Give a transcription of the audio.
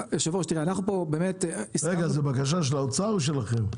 תראה היושב ראש -- רגע זה בקשה של האוצר הוא שלכם?